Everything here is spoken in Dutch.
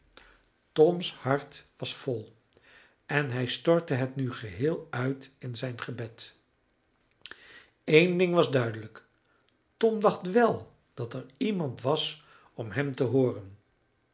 toms hart was vol en hij stortte het nu geheel uit in zijn gebed eén ding was duidelijk tom dacht wel dat er iemand was om hem te hooren